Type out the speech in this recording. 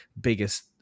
biggest